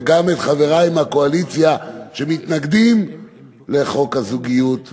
וגם את חברי מהקואליציה שמתנגדים לחוק הזוגיות,